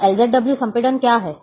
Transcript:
तो LZW संपीड़न क्या है